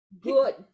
good